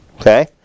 Okay